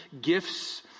gifts